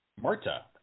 Marta